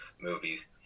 movies